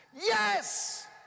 Yes